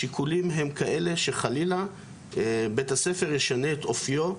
השיקולים הם כאלה שחלילה בית הספר ישנה את אופיו,